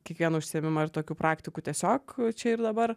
kiekvieną užsiėmimą ir tokių praktikų tiesiog čia ir dabar